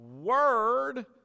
word